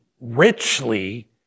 richly